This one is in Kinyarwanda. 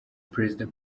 president